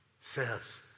says